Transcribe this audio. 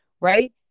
Right